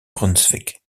brunswick